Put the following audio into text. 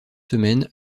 semaine